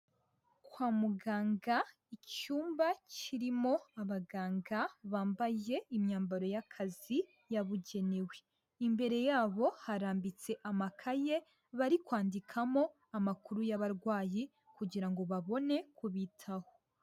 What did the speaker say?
Kwa muganga icyumba kirimo abaganga bambaye imyambaro y'akazi yabugenewe, imbere yabo harambitse amakaye bari kwandikamo amakuru y'abarwayi kugira ngo babone kubitaho.